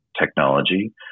technology